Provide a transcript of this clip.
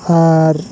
ᱟᱨ